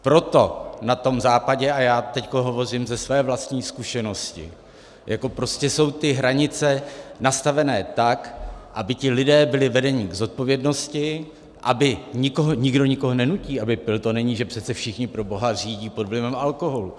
Proto na tom západě, a já teď hovořím ze své vlastní zkušenosti, prostě jsou ty hranice nastaveny tak, aby ti lidé byli vedeni k zodpovědnosti, aby nikdo nikoho nenutí, aby pil. To není, že přece všichni proboha řídí pod vlivem alkoholu!